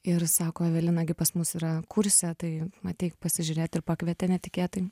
ir sako evelina gi pas mus yra kurse tai ateik pasižiūrėt ir pakvietė netikėtai